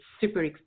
super